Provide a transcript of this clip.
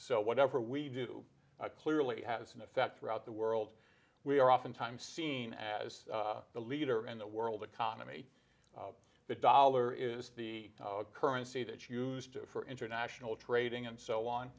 so whatever we do clearly has an effect throughout the world we are oftentimes seen as the leader in the world economy the dollar is the currency that used for international trading and so on